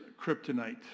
kryptonite